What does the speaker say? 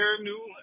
new